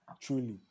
Truly